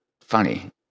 funny